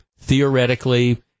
theoretically